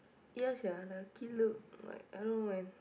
ya sia lucky look like I don't know when